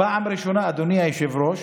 פעם ראשונה, אדוני היושב-ראש,